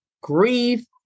grieve